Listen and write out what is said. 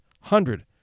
hundred